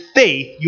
faith